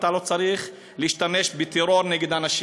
אתה לא צריך להשתמש בטרור נגד אנשים.